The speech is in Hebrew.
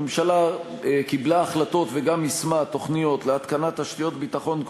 הממשלה קיבלה החלטות וגם יישמה תוכניות להתקנת תשתיות ביטחון,